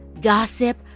gossip